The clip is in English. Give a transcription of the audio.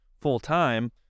full-time